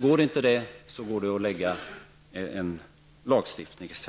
Går inte det, får man tillgripa något annat, t.ex.